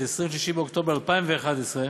23 באוקטובר 2011,